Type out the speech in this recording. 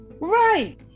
Right